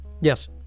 Yes